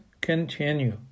continue